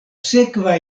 sekva